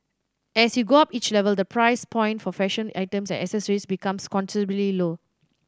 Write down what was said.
as you go up each level the price point for fashion items and accessories becomes considerably low